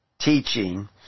teaching